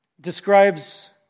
describes